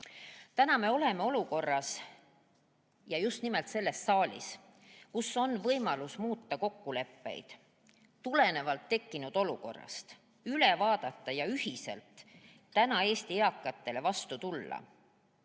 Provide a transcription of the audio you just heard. Täna me oleme olukorras, ja just nimelt selles saalis, kus on võimalus muuta kokkuleppeid tulenevalt tekkinud olukorrast, [need] üle vaadata ja ühiselt Eesti eakatele vastu tulla